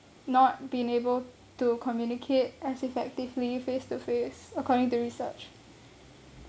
not been able to communicate as effectively face to face according to research